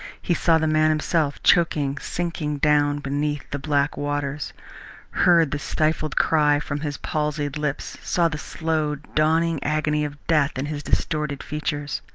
he saw the man himself, choking, sinking down beneath the black waters heard the stifled cry from his palsied lips, saw the slow dawning agony of death in his distorted features.